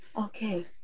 Okay